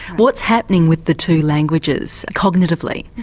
what's happening with the two languages cognitively?